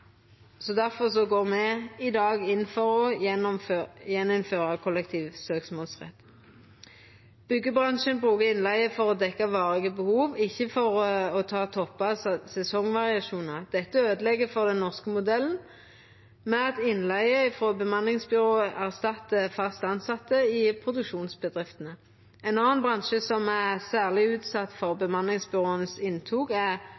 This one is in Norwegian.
går me i dag inn for igjen å gjeninnføra kollektiv søksmålsrett. Byggebransjen brukar innleige for å dekkja varige behov, ikkje for å ta toppar og sesongvariasjonar. Dette øydelegg for den norske modellen, ved at innleige frå bemanningsbyrå erstattar fast tilsette i produksjonsbedriftene. Ein annan bransje som er særleg utsett for inntoget til bemanningsbyråa, er